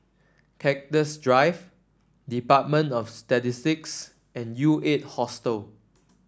Cactus Drive Department of Statistics and U Eight Hostel